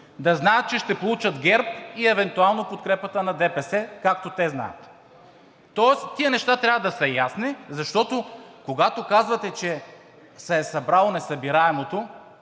да знаят, че ще получат ГЕРБ и евентуално подкрепата на ДПС, както те знаят. Тоест тези неща трябва да са ясни, защото, когато казвате, че се е събрало несъбираемото,